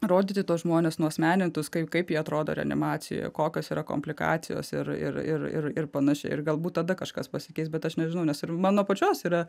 rodyti tuos žmones nuasmenintus kai kaip jie atrodo reanimacijoje kokios yra komplikacijos ir ir ir ir ir panašiai ir galbūt tada kažkas pasikeis bet aš nežinau nes mano pačios yra